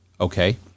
Okay